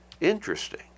interesting